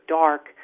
dark